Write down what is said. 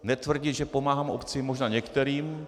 Netvrdit, že pomáhám obcím, možná některým.